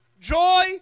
joy